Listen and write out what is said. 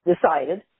decided